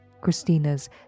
Christina's